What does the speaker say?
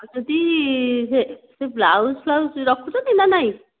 ଆଉ ଯଦି ସେ ବ୍ଳାଉଜ ଫ୍ଲାଉଜ ରଖୁଛନ୍ତି ନା ନାହିଁ